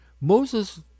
Moses